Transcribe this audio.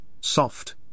soft